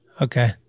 Okay